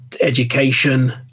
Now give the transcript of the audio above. education